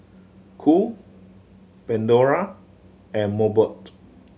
Cool Pandora and Mobot